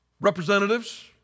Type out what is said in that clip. Representatives